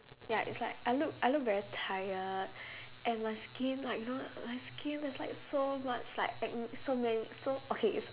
ya it's like I look I look very tired and my skin like you know my skin there's like so much like acne so many so okay it's